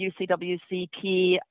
UCWCP